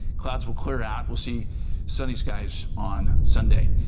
clouds will clear out we'll see sunny skies on sunday.